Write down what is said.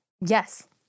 Yes